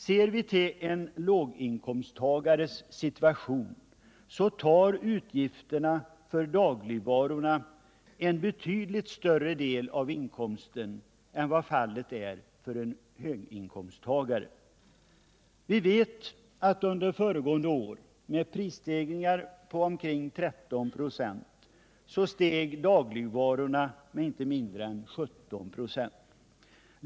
Scr vi till en låginkomsttagares situation, finner vi att utgifterna för dagligvarorna tar en betydligt större del av inkomsten än vad som är fallet för en höginkomsttagare. Vi vet att under föregående år, med prisstegringar på omkring 13 26, steg dagligvarorna med inte mindre än 17 26.